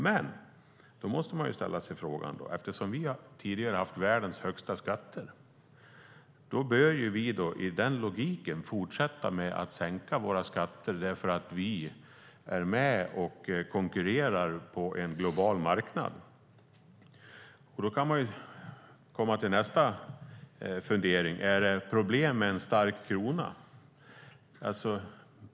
Men eftersom vi tidigare har haft världens högsta skatter bör vi, enligt den logiken, fortsätta att sänka våra skatter eftersom vi är med och konkurrerar på en global marknad. Nästa fundering man kan ha är om det är ett problem med en stark krona.